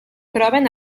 troben